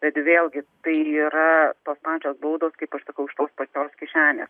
bet vėlgi tai yra tos pačios baudos kaip aš sakau iš tos pačios kišenės